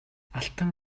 алтан